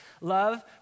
love